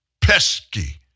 pesky